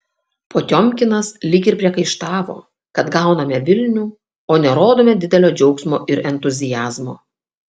potiomkinas lyg ir priekaištavo kad gauname vilnių o nerodome didelio džiaugsmo ir entuziazmo